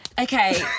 okay